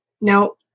no